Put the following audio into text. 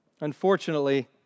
Unfortunately